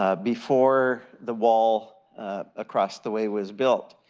ah before the wall across the way was built.